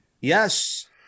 Yes